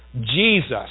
Jesus